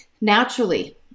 Naturally